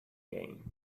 game